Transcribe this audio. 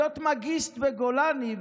להיות מאגיסט בגולני,